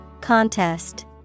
Contest